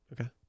Okay